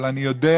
אבל אני יודע,